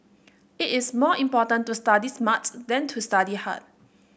it is more important to study smart than to study hard